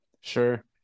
Sure